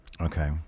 Okay